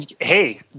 hey